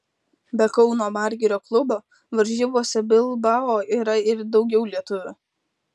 be kauno margirio klubo varžybose bilbao yra ir daugiau lietuvių